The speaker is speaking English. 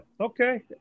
okay